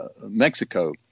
Mexico